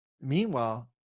Meanwhile